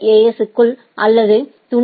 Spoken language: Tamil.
எஸ் க்குள் அல்லது துணை ஏ